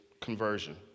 conversion